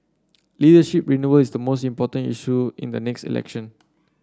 leadership renewal is the most important issue in the next election